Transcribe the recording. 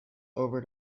over